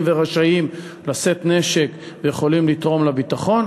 ורשאים לשאת נשק ויכולים לתרום לביטחון.